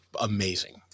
amazing